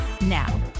now